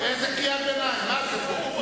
להוציא אותו.